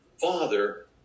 Father